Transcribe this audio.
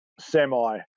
semi